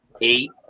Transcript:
eight